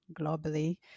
globally